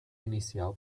inicial